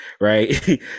right